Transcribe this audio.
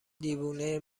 دیوونه